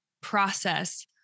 process